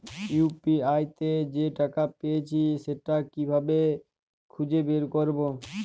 UPI তে যে টাকা পেয়েছি সেটা কিভাবে খুঁজে বের করবো?